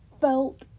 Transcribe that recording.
felt